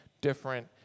different